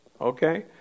Okay